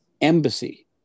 embassy